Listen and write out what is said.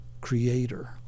creator